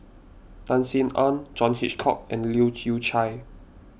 Tan Sin Aun John Hitchcock and Leu Yew Chye